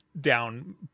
down